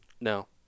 no